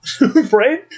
Right